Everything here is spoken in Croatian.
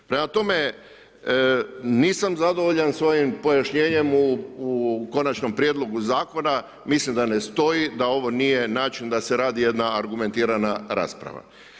Prema tome, nisam zadovoljan sa ovim pojašnjenjem u konačnom prijedlogu zakona, mislim da ne stoji, da ovo nije način da se radi jedna argumentirana rasprava.